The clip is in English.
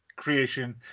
creation